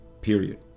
Period